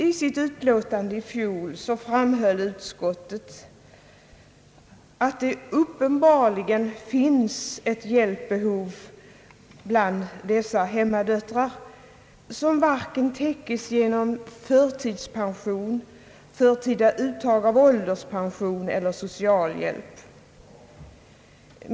I sitt utlåtande i fjol framhöll utskottet att det uppenbarligen fanns ett hjälpbehov när det gäller dessa hemmadöttrar som inte täcktes genom förtidspension, förtida uttag av ålderspension eller socialhjälp.